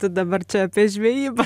tai dabar čia apie žvejybą